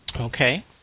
Okay